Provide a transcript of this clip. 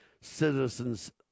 citizens